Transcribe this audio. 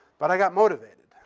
but i got motivated.